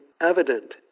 evident